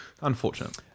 Unfortunate